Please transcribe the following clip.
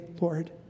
Lord